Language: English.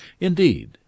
indeed